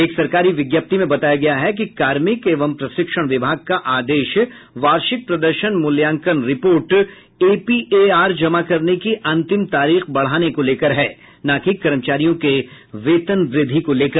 एक सरकारी विज्ञप्ति में बताया गया है कि कार्मिक एवं प्रशिक्षण विभाग का आदेश वार्षिक प्रदर्शन मूल्यांकन रिपोर्ट एपीएआर जमा करने की अंतिम तारीख बढ़ाने को लेकर है न कि कर्मचारियों के वेतन वृद्धि को लेकर